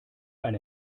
eine